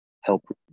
help